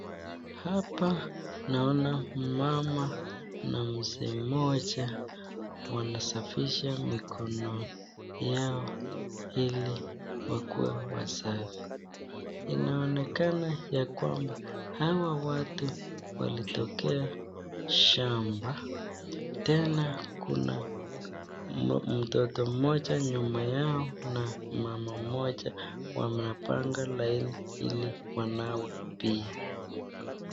Hapa naona mumama na mzee mmoja wanasafisha mikono yao ili wakue wasafi. inaonekana ya kwamba hawa watu walitokea shamba, tena kuna mtoto mmoja nyuma yao na mama mmoja wanapanga laini ili wanawe pia.